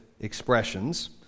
expressions